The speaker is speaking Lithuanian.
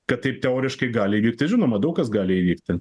kad taip teoriškai gali įvykti žinoma daug kas gali įvykti